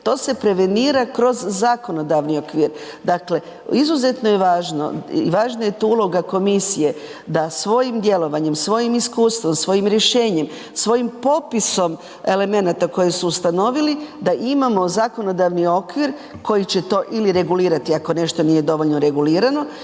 To se prevenira kroz zakonodavni okvir. Dakle izuzetno je važno i važna je tu uloga komisije da svojim djelovanjem, svojim iskustvom, svojim rješenjem, svojim popisom elemenata koje su ustanovili da imamo zakonodavni okvir koji će to ili regulirati ako nešto nije dovoljno regulirano